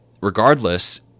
Regardless